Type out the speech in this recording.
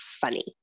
funny